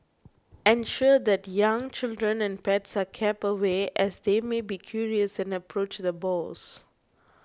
ensure that young children and pets are kept away as they may be curious and approach the boars